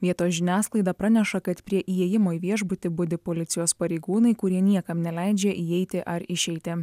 vietos žiniasklaida praneša kad prie įėjimo į viešbutį budi policijos pareigūnai kurie niekam neleidžia įeiti ar išeiti